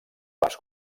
parts